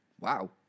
Wow